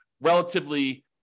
relatively